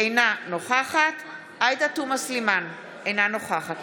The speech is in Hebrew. אינה נוכחת עאידה תומא סלימאן, אינה נוכחת